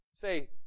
Say